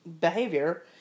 behavior